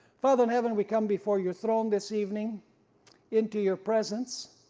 father in heaven we come before your throne this evening into your presence